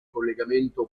collegamento